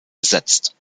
besetzt